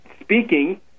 speaking